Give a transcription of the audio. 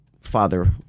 father